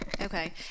Okay